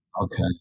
Okay